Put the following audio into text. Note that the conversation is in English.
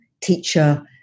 teacher